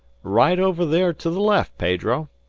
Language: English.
right over there to the left, pedro.